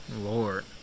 Lord